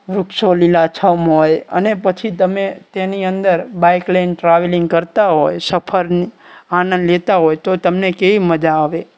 વૃક્ષો લીલાછમ હોય અને પછી તમે તેની અંદર બાઈક લઈને ટ્રાવેલિંગ કરતા હોય સફર આનંદ લેતા હોય તો તમને કેવી મજા આવે